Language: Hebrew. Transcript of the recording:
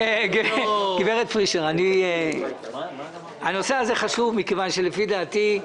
גברת פרישר, הנושא הזה חשוב מכיוון שלפי דעתי,